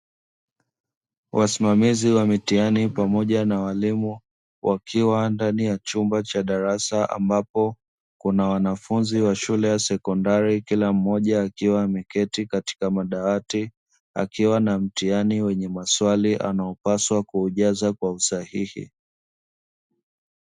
Wasimamizi wa mitihani pamoja na walimu wakiwa ndani ya chumba cha darasa ambapo kuna wanafunzi wa shule ya sekondari, kila mmoja akiwa ameketi katika madawati akiwa na mtihani wenye maswali anayopaswa kujaza kwa usahihi.